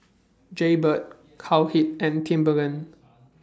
Jaybird Cowhead and Timberland